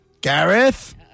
Gareth